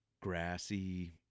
grassy